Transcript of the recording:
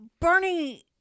Bernie